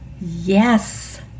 yes